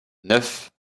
neuf